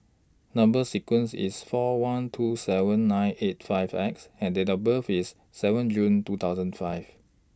Number sequence IS four one two seven nine eight five X and Date of birth IS seven June two thousand five